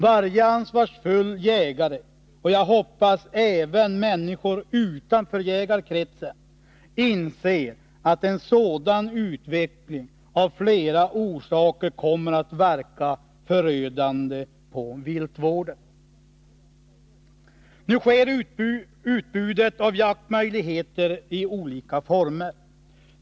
Varje ansvarsfull jägare — och jag hoppas även människor utanför jägarkretsen — inser att en sådan utveckling av flera orsaker kommer att verka förödande på viltvården. Nu sker utbudet av jaktmöjligheter i olika former.